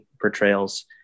portrayals